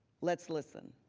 let's listen.